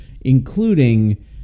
including